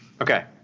Okay